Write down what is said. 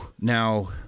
Now